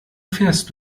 fährst